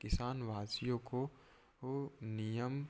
किसानवासियों को को नियम